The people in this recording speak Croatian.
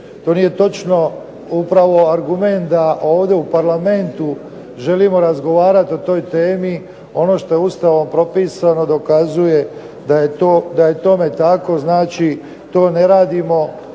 To nije točno. Upravo argument da ovdje u Parlamentu želimo razgovarat o toj temi ono što je Ustavom propisano dokaz uje da je tome tako, znači to ne radimo